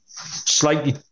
slightly